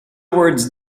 words